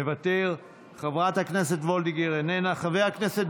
מוותר, חברת הכנסת וולדיגר, איננה, חבר הכנסת